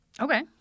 Okay